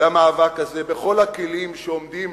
למאבק הזה בכל הכלים שעומדים